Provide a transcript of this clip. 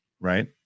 right